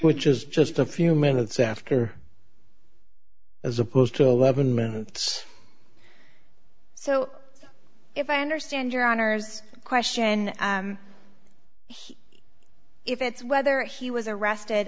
which is just a few minutes after as opposed to eleven minutes so if i understand your honor's question if it's whether he was arrested